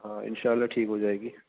ہاں انشاء اللہ ٹھیک ہو جائے گی